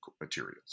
materials